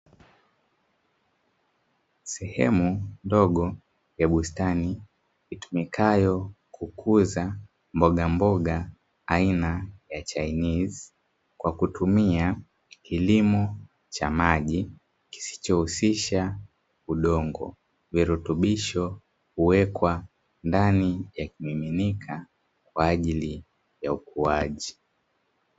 Sehemu ndogo ya bustani itumikayo kukuza mbogamboga aina ya chainizi, kwa kutumia kilimo cha maji kisichohusisha udongo virutubisho huwekwa ndani kimiminika kwa ajili ya ukuaji.